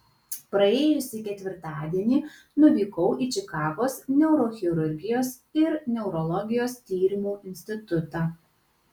praėjusį ketvirtadienį nuvykau į čikagos neurochirurgijos ir neurologijos tyrimų institutą